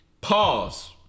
Pause